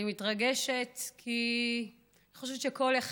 אני מתרגשת כי אני חושבת שכל אחד,